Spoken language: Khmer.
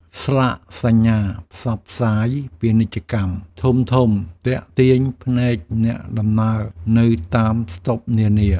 ស្លាកសញ្ញាផ្សព្វផ្សាយពាណិជ្ជកម្មធំៗទាក់ទាញភ្នែកអ្នកដំណើរនៅតាមស្តុបនានា។